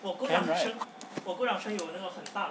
can right